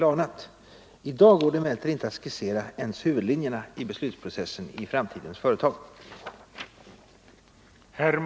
I dag går det medbestämmandeemellertid inte att skissera ens huvudlinjen i beslutsprocessen i fram — rätt för anställda i tidens företag.